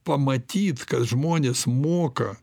pamatyt kad žmonės moka